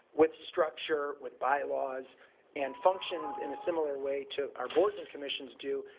with structure, with bylaws and functioned in a similar way to our boards and commissions do,